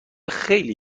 خیلی